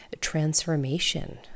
transformation